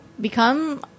Become